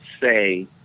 say